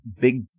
big